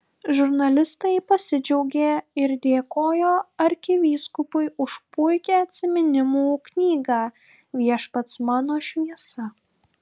žurnalistai pasidžiaugė ir dėkojo arkivyskupui už puikią atsiminimų knygą viešpats mano šviesa